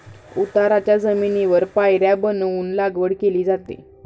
उताराच्या जमिनीवर पायऱ्या बनवून लागवड केली जाते